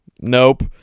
Nope